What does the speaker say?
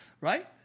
right